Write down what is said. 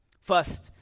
First